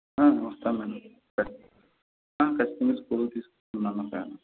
వస్తాను మేడం సరే ఖచ్చితంగా స్కూల్కి తీసుకుని రమ్మంటాను